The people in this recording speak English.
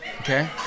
Okay